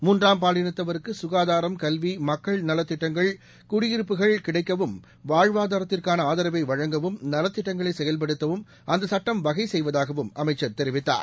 மூன்றாம் பாலினத்தவருக்குகாதாரம் கல்வி மக்கள் நலத்திட்டங்கள் குடியிருப்புகள் கிடைக்கவும் வாழ்வாதாரத்திற்கானஆதரவைவழங்கவும் நலத்திட்டங்களைசெயல்படுத்தவும்அந்தசட்டம் வகைசெய்வதாகவும் அமைச்சர் தெரிவித்தார்